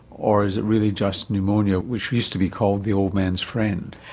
or is it really just pneumonia, which used to be called the old man's friend?